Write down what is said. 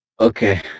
Okay